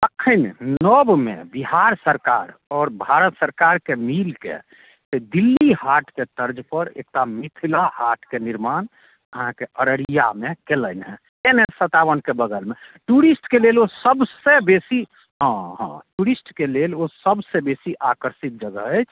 अखन नवमे बिहार सरकार आओर भारत सरकारके मीलके से दिल्ली हाटके तर्ज पर एकटा मिथिला हाटके निर्माण अहाँकेँ अररियामे केलनि हँ एन एच सत्तावन के बगलमे टूरिस्टके लेल ओ सबसे बेसी हँ हँ टूरिस्टके लेल ओ सबसे बेसी आकर्षित जगह अछि